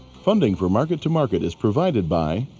funding for market to market is provided by